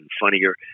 funnier